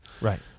Right